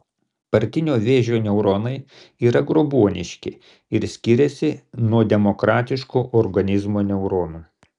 partinio vėžio neuronai yra grobuoniški ir skiriasi nuo demokratiško organizmo neuronų